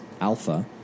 Alpha